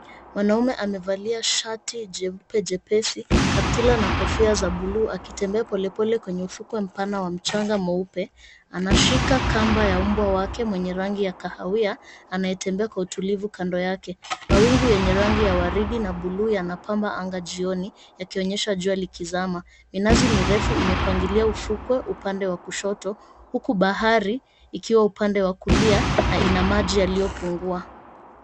Mwanaume amevalia shati jeupe jepesi, kaptura na kofia za buluu akitembea pole pole kwenye ufukwe mpana wa mchanga mweupe, anashika kamba ya mbwa wake mwenye rangi ya kahawia anayetembea kwa utulivu kando yake. Mawingu yenye rangi ya waridi na buluu yanapamba anga jioni yakionyesha jua likizama. Minazi mirefu imepangilia ufukwe upande wa kushoto huku bahari ikiwa upande wa kulia na ina maji yaliyopungua.